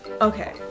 Okay